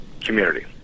community